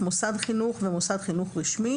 "מוסד חינוך" ו"מוסד חינוך רשמי"